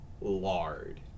lard